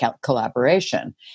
collaboration